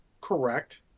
Correct